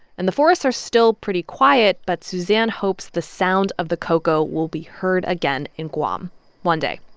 and the forests are still pretty quiet, but suzanne hopes the sound of the ko'ko' will be heard again in guam one day,